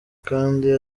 kandi